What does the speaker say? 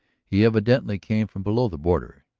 he evidently came from below the border.